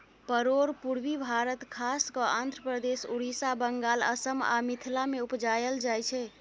परोर पुर्वी भारत खास कय आंध्रप्रदेश, उड़ीसा, बंगाल, असम आ मिथिला मे उपजाएल जाइ छै